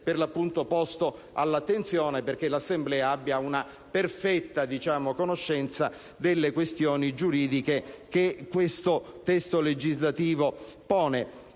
per l'appunto posto all'attenzione perché l'Assemblea abbia una perfetta conoscenza delle questioni giuridiche che questo testo legislativo pone.